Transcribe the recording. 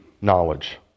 knowledge